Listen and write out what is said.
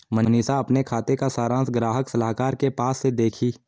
मनीषा अपने खाते का सारांश ग्राहक सलाहकार के पास से देखी